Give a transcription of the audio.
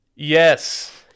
yes